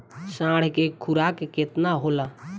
साढ़ के खुराक केतना होला?